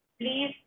Please